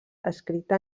escrita